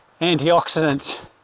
antioxidants